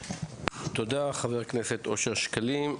תודה, חבר הכנסת אושר שקלים.